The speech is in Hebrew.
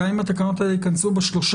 גם אם התקנות האלה ייכנסו ב-3,